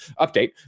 Update